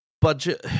budget